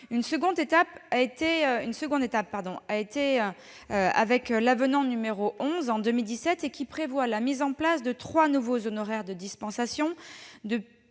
Une seconde étape a été engagée avec l'avenant n° 11 en 2017, qui prévoit la mise en place de trois nouveaux honoraires de dispensation en